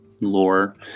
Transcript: lore